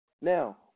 Now